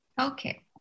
Okay